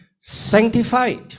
sanctified